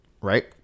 right